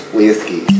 Whiskey